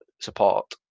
support